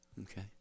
Okay